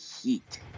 heat